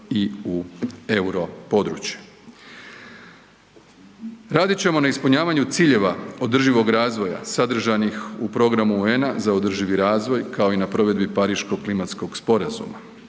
i u europodručje. Radit ćemo na ispunjavanju ciljeva održivog razvoja sadržanih u programu UN-a za održivi razvoj, kao i na provedbi Pariško klimatskog sporazuma.